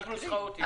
רק נוסחאות יהיו.